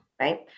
right